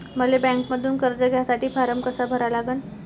मले बँकेमंधून कर्ज घ्यासाठी फारम कसा भरा लागन?